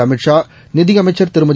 அமித் ஷா நிதியமைச்சர் திருமதி